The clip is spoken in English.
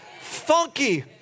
funky